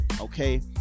okay